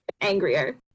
angrier